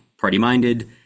party-minded